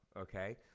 Okay